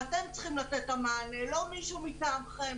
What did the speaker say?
ואתם צריכים לתת את המענה, לא מישהו מטעמכם.